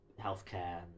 healthcare